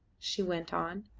she went on,